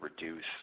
reduce